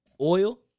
Oil